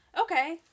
Okay